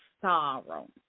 sorrow